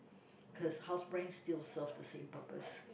cause house brand still serve the same purpose